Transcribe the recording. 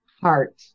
heart